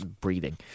breathing